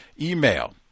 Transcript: email